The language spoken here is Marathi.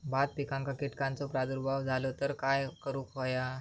भात पिकांक कीटकांचो प्रादुर्भाव झालो तर काय करूक होया?